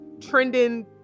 trending